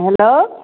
hello